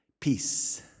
Peace